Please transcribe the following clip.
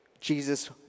Jesus